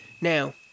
Now